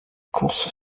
courses